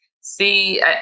See